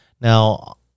Now